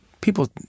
People